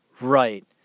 right